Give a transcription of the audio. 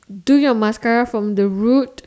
do your mascara from the root